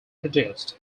produced